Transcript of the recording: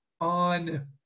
on